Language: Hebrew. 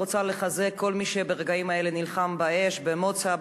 אני רוצה לחזק כל מי שברגעים האלה נלחם באש: במוצא,